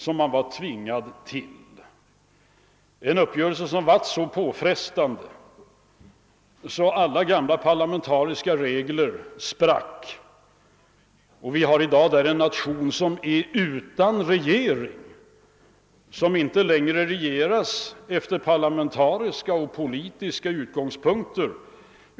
Det var en så påfrestande åtgärd att alla gamla parlamentariska regler sattes åsido, och Finland är i dag en nation utan regering och styrs inte längre från parlamentariska och politiska utgångspunkter.